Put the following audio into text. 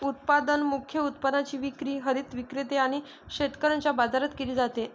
उत्पादन मुख्य उत्पादनाची विक्री हरित विक्रेते आणि शेतकऱ्यांच्या बाजारात केली जाते